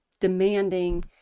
demanding